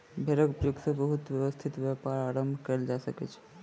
भेड़क उपयोग सॅ बहुत व्यवस्थित व्यापार आरम्भ कयल जा सकै छै